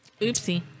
Oopsie